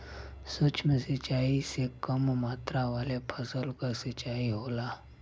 सूक्ष्म सिंचाई से कम मात्रा वाले फसल क सिंचाई होला